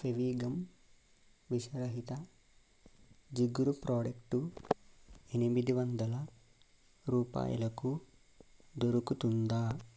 ఫెవిగమ్ విషరహిత జిగురు ప్రోడక్టు ఎనిమిది వందల రూపాయలకు దొరుకుతుందా